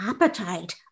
appetite